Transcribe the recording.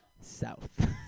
South